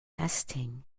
lasting